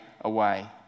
away